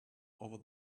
over